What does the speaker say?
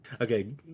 Okay